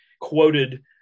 quoted